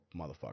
motherfucker